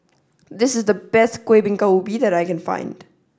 this is the best Kuih Bingka Ubi that I can find